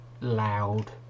loud